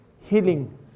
healing